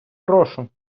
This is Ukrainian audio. прошу